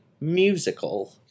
musical